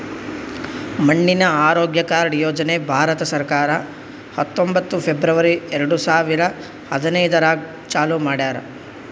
ಮಣ್ಣಿನ ಆರೋಗ್ಯ ಕಾರ್ಡ್ ಯೋಜನೆ ಭಾರತ ಸರ್ಕಾರ ಹತ್ತೊಂಬತ್ತು ಫೆಬ್ರವರಿ ಎರಡು ಸಾವಿರ ಹದಿನೈದರಾಗ್ ಚಾಲೂ ಮಾಡ್ಯಾರ್